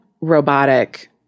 robotic-